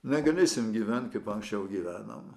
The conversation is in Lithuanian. negalėsim gyventi kaip anksčiau gyvenom